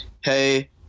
hey